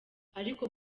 ariko